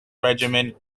regiment